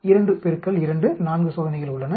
2 பெருக்கல் 2 4 சோதனைகள் உள்ளன